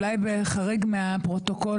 אולי כחריג מהפרוטוקול,